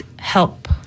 Help